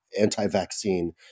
anti-vaccine